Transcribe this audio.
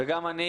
וגם אני